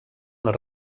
les